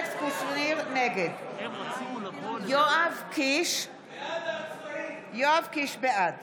נגד יואב קיש, בעד